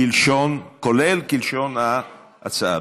כולל, כלשון ההצעה.